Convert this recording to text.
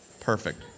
Perfect